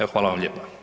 Evo, hvala vam lijepa.